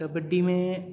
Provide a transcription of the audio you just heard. کبڈی میں